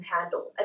handle